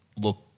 look